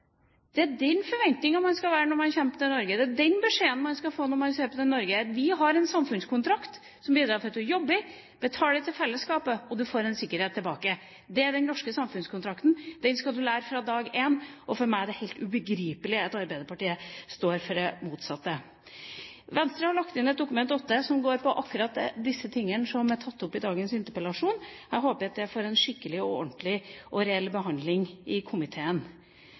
Det er den forventningen man skal ha når man kommer til Norge. Det er den beskjeden man skal få når man søker seg til Norge. Vi har en samfunnskontrakt som bidrar til at du jobber, betaler til fellesskapet, og du får en sikkerhet tilbake. Det er den norske samfunnskontrakten. Den skal du lære fra dag én, og for meg er det helt ubegripelig at Arbeiderpartiet står for det motsatte. Venstre har lagt inn et Dokument 8-forslag som går på akkurat disse tingene som er tatt opp i dagens interpellasjon. Jeg håper det får en skikkelig, ordentlig og reell behandling i komiteen.